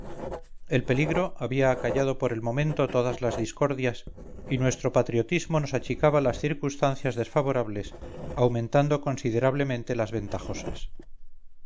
el peligro había acallado por el momento todas las discordias y nuestro patriotismo nos achicabalas circunstancias desfavorables aumentando considerablemente las ventajosas